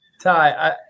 Ty